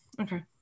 Okay